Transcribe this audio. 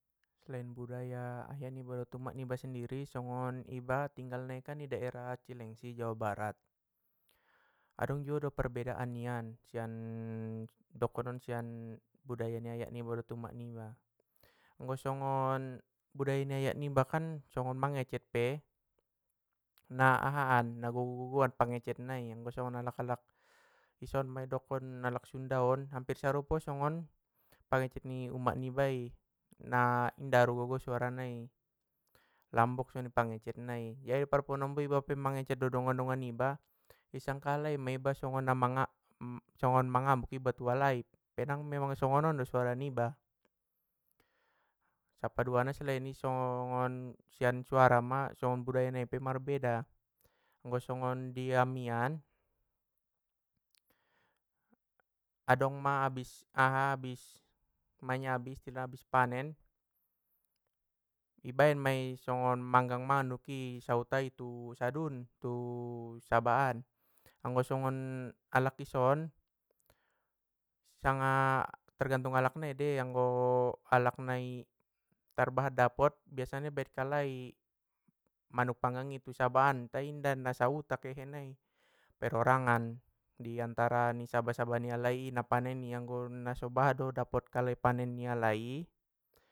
Selain budaya ayah niba dot umak niba sendiri songon ibakan tinggal na i daerah cilengsi jawa barat, adong juo do perbedaan nian, sian dokonon sian budaya ni ayah niba dot ni umak niba, anggo songon budaya ni ayah niba kan, songon mangecek pe na aha an, na gogo gogoan pangecek nai anggo songon alak i son ma i dokon alak sunda on hampir sarupo ma i dokon pengecek ni umak niba i, na inda aru gogo sora nai, lambok songoni pangecek nai jadi pe pala manombo iba mangecek dot dongan dongan niba, i sangka alai ma iba songon na manga- songon na mangamuk iba tu alai pe nang memang songon ma suara niba. Sappadua na selain i songon sian suara ma songon sian budaya nai marbeda, anggo songon i ami an, adong ma abis aha abis manyabi istilahna abis panen, i baen ma i songon ma manggang manuk sahuta i tu sadun tu saba an anggo songon alak i son, sanga tergantung alak nai dei alak nai tarbahat bapot biasana i baen kalai manuk panggang i tu saba an tai inda na sahuta kehena i perorangan diantara ni saba saba ni alai na panen i anggo nasobahat do dapot kalai na panen ni alai i.